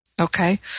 Okay